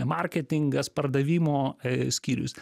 marketingas pardavimo skyrius